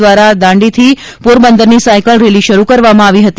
દ્વારા દાંડીથી પોરબંદરની સાયકલ રેલી શરૂ કરવામાં આવી હતી